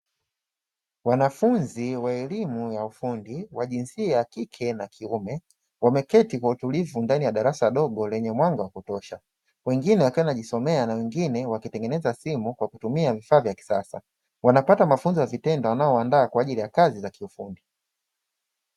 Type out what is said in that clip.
Wanafunzi wa elimu ya ufundi wa jinsia ya kike na kiume, wameketi kwa utulivu ndani ya darasa dogo lenye mwanga wa kutosha, wengine wakiwa wanajisomea na wengine wakitengeneza simu kwa kutumia vifaa vya kisasa. Wanapata mafunzo ya vitendo yanayowaandaa kwa ajili ya kazi za kiufundi.